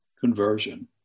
conversion